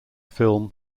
film